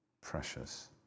precious